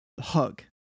hug